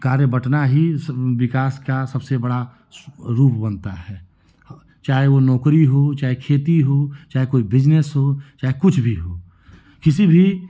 कार्य बंटना ही स विकास का सबसे बड़ा स्व रूप बनता है ह चाहे वो नौकरी हो चाहे खेती हो चाहे कोई बिजनेस हो चाहे कुछ भी हो किसी भी